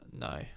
No